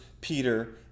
Peter